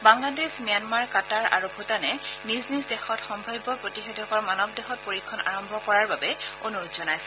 Bangladesh Myanmar Qatar আৰু ভূটানে নিজ নিজ দেশত সম্ভাৱ্য প্ৰতিষেধকৰ মানৱ দেহত পৰীক্ষণ আৰম্ভ কৰাৰ বাবে অনুৰোধ জনাইছে